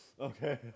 Okay